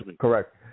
Correct